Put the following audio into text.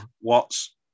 Watts